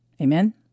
Amen